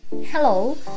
Hello